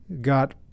got